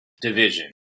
division